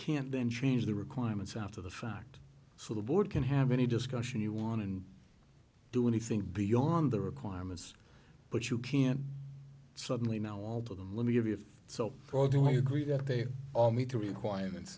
can't then change the requirements after the fact so the board can have any discussion you want and do anything beyond the requirements but you can't suddenly now alter them let me give you so or do you agree that they all meet the requirements